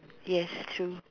yes true